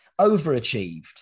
overachieved